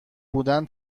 بودن